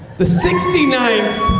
the sixty ninth